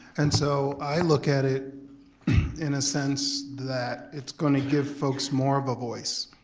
and so i look at it in a sense that it's gonna give folks more of a voice.